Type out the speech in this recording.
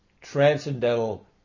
transcendental